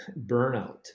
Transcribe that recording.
burnout